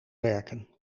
werken